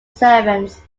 servants